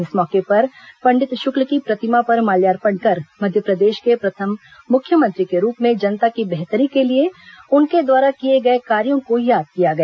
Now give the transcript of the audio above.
इस मौके पर पंडित शुक्ल की प्रतिमा पर माल्यार्पण कर मध्यप्रदेश के प्रथम मुख्यमंत्री के रूप में जनता की बेहतरी के लिए उनके द्वारा किए गए कार्यो को याद किया गया